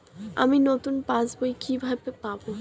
আমি নতুন পাস বই কিভাবে পাব?